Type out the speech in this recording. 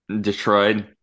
Detroit